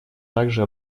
также